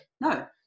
No